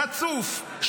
חצוף,